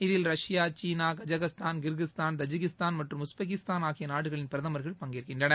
இதில் ரஷ்யா கீனா Kazakhstan Kyrgyzstan Tajikistan மற்றும் உஸ்பெகிஸ்தான் ஆகிய நாடுகளின் பிரதமர்கள் பங்கேற்கின்றனர்